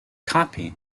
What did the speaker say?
copy